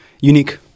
unique